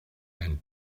and